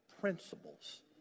principles